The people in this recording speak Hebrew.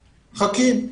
מחכים.